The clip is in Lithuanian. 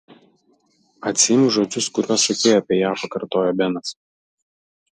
atsiimk žodžius kuriuos sakei apie ją pakartojo benas